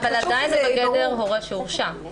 עדיין זה בגדר הורה שהורשע.